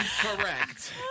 Correct